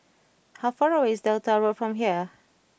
how far away is Delta Road from here